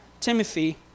Timothy